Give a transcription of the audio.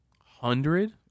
Hundred